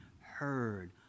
heard